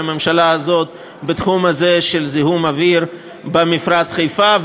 של הממשלה הזאת בתחום הזה של זיהום האוויר במפרץ חיפה,